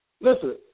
Listen